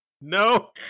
No